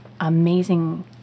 amazing